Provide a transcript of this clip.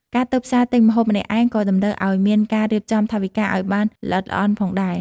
ការទៅផ្សារទិញម្ហូបម្នាក់ឯងក៏តម្រូវឱ្យមានការរៀបចំថវិកាឱ្យបានល្អិតល្អន់ផងដែរ។